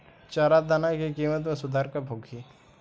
चारा दाना के किमत में सुधार कब होखे?